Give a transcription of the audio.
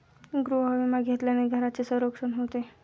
गृहविमा घेतल्याने घराचे संरक्षण होते